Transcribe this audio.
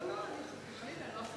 לא, לא, לא.